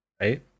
right